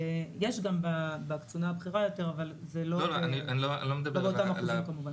יש גם בקצונה הבכירה יותר, אבל זה לא באותו היקף.